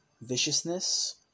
viciousness